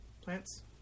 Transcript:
plants